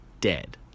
dead